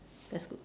that's good